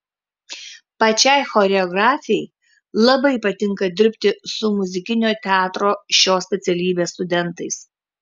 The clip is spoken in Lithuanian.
pačiai choreografei labai patinka dirbti su muzikinio teatro šios specialybės studentais